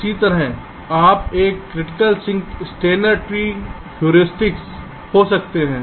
इसी तरह आप एक critical sink Steiner tree heuristic हो सकते हैं